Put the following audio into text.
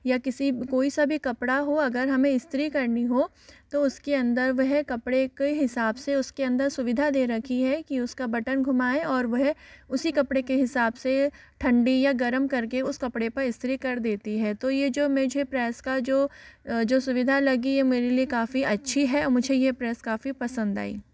या किसी कोई सा भी कपड़ा हो अगर हमे स्त्री करनी हो तो उसके अंदर वह कपड़े के हिसाब से उसके अंदर सुविधा दे रखी है की उसका बटन घुमाएँ और वह उसी कपड़े के हिसाब से ठंडी या गर्म करके उस कपड़े पर स्त्री कर देती है तो यह जो मुझे प्रेस का जो जो सुविधा लगी है मेरे लिए काफ़ी अच्छी है और मुझे यह प्रेस काफ़ी पसंद आई